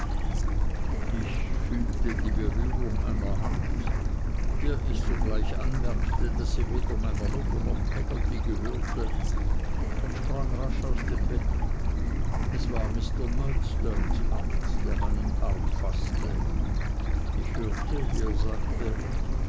ich fühlte die berührung einer hand der ich sogleich anmerkte daß sie weder meiner mutter noch peggotty gehörte und sprang rasch aus dem bett es war mr murdstones hand der meinen arm faßte ich hörte wie er sagte